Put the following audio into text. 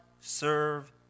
serve